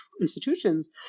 institutions